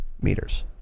meters